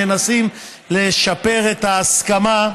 מנסים לשפר את ההסכמה.